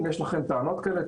אם יש לכם טענות כאלה,